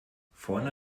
vorne